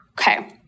okay